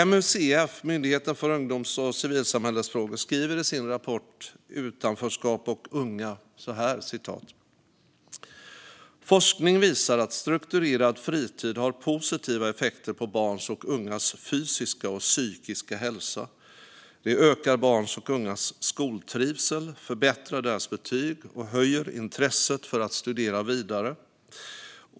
MUCF, Myndigheten för ungdoms och civilsamhällesfrågor, skriver i sin rapport Utanförskap och unga : "Forskningen visar att strukturerad fritid har positiva effekter på barns och ungas fysiska och psykiska hälsa. Det ökar även barns och ungas skoltrivsel, förbättrar deras betyg och höjer intresset för att studera vidare.